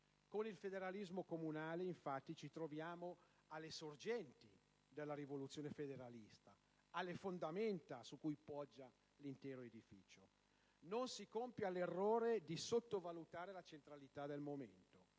Con il federalismo comunale, infatti, ci troviamo alle sorgenti della rivoluzione federalista, alle fondamenta su cui poggia l'intero edificio. Non si compia l'errore di sottovalutare la centralità del momento.